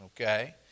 okay